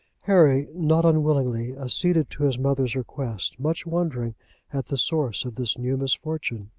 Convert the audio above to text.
harry, not unwillingly, acceded to his mother's request, much wondering at the source of this new misfortune.